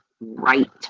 right